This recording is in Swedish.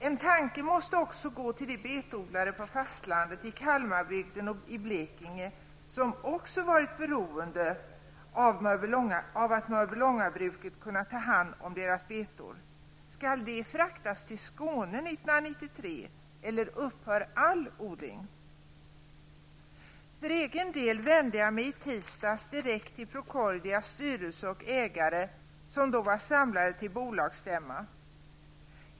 En tanke måste också gå till de betodlare på fastlandet i Kalmarbygden och i Blekinge som också varit beroende av att Mörbylångabruket kunnat ta hand om deras betor. Skall de betorna fraktas till Skåne 1993 eller upphör all odling? För egen del vände jag mig i tisdags direkt till Procordias styrelse och ägare, som då var samlade till bolagsstämma.